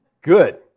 Good